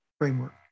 framework